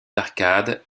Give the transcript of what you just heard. arcades